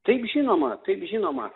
taip žinoma taip žinoma